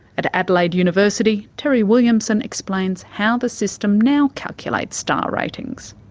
at adelaide university terry williamson explains how the system now calculates star ratings.